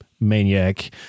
Maniac